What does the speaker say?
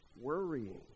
worrying